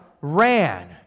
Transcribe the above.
ran